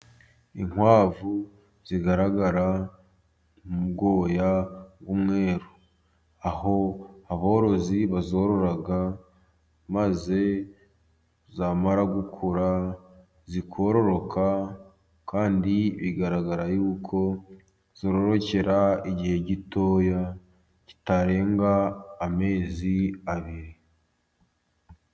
Inkwavu zigaragara mu bwoya bw'umweru, aho aborozi bazorora. Maze zamara gukura zikororoka, kandi bigaragara yuko zororokera igihe gitoya, kitarenga amezi abiri.